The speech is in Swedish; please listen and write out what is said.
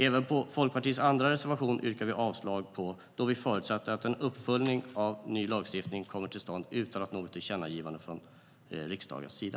Även på Folkpartiets andra reservation yrkar vi avslag, då vi förutsätter att en uppföljning av ny lagstiftning kommer till stånd utan något tillkännagivande från riksdagens sida.